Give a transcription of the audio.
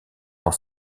dans